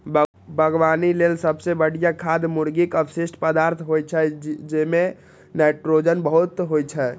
बागवानी लेल सबसं बढ़िया खाद मुर्गीक अवशिष्ट पदार्थ होइ छै, जइमे नाइट्रोजन बहुत होइ छै